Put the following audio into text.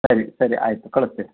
ಸರಿ ಸರಿ ಆಯಿತು ಕಳಿಸ್ತೆ